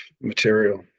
material